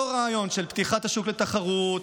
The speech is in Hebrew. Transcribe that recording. אותו רעיון של פתיחת השוק לתחרות,